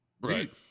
Right